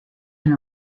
and